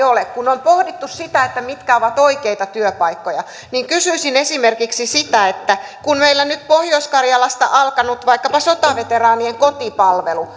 ole kun on pohdittu sitä mitkä ovat oikeita työpaikkoja niin kysyisin esimerkiksi sitä että kun meillä nyt pohjois karjalassa on alkanut vaikkapa sotaveteraanien kotipalvelu